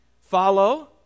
follow